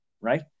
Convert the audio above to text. Right